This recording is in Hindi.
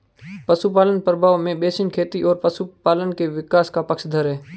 पशुपालन प्रभाव में बेसिन खेती और पशुपालन के विकास का पक्षधर है